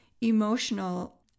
emotional